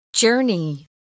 Journey